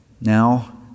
now